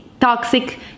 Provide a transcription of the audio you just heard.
toxic